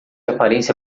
aparência